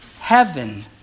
heaven